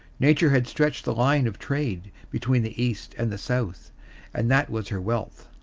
nature had stretched the line of trade between the east and the south and that was her wealth.